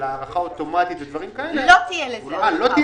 של הארכה אוטומטית ודברים כאלה - לא תהיה הארכה.